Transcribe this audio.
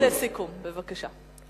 משפט לסיכום, בבקשה.